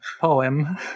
Poem